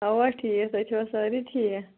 اَوا ٹھیٖک تُہۍ چھِوا سٲری ٹھیٖک